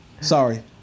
sorry